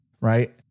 Right